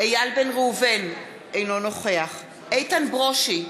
איל בן ראובן, אינו נוכח איתן ברושי,